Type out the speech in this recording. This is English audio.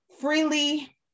freely